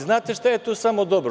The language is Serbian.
Znate li šta je tu samo dobro?